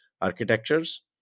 architectures